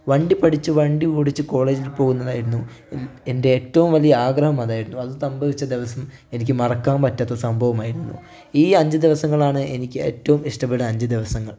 വണ്ടി പഠിച്ചു വണ്ടി ഓടിച്ചു കോളേജിൽ പോകുന്നതായിരുന്നു എൻ്റെ ഏറ്റവും വലിയ ആഗ്രഹം അതായിരുന്നു അത് സംഭവിച്ച ദിവസം എനിക്ക് മറക്കാൻ പറ്റാത്ത സംഭവമായിരുന്നു ഈ അഞ്ചു ദിവസങ്ങളായിരുന്നു എനിക്ക് ഏറ്റവും ഇഷ്ടപെട്ട അഞ്ചു ദിവസങ്ങൾ